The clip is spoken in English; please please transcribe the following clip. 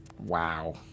Wow